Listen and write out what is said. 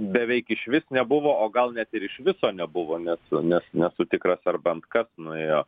beveik išvis nebuvo o gal net ir iš viso nebuvo nes nesu tikras ar bent kas nuėjo